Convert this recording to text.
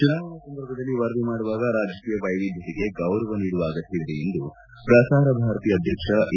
ಚುನಾವಣಾ ಸಂದರ್ಭದಲ್ಲಿ ವರದಿ ಮಾಡುವಾಗ ರಾಜಕೀಯ ವೈವಿಧ್ಯತೆಗೆ ಗೌರವ ನೀಡುವ ಅಗತ್ಯವಿದೆ ಎಂದು ಶ್ರಸಾರ ಭಾರತಿ ಅಧ್ಯಕ್ಷ ಎ